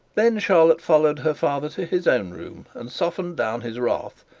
then charlotte followed her father to his own room and softened down his wrath,